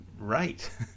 Right